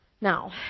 Now